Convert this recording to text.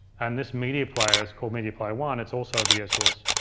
and this media player, it's called media player one, it's also a video source.